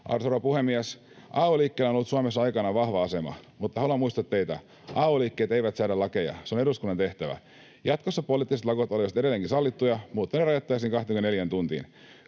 rouva puhemies! Ay-liikkeellä on ollut Suomessa aikanaan vahva asema. Mutta haluan muistuttaa teitä, että ay-liikkeet eivät säädä lakeja, se on eduskunnan tehtävä. Jatkossa poliittiset lakot olisivat edelleenkin sallittuja, mutta ne rajattaisiin 24 tuntiin.